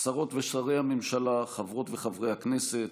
שרות ושרי הממשלה, חברות וחברי הכנסת,